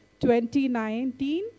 2019